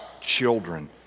children